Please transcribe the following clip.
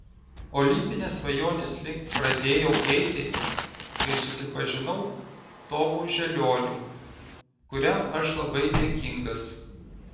olimpinės svajonės link pradėjau eiti kai susipažinau tomu želioniu kuriam aš labai dėkingas